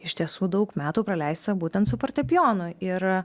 iš tiesų daug metų praleista būtent su fortepijonu ir